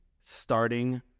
starting